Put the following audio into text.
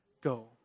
go